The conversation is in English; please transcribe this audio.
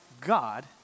God